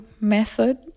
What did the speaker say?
method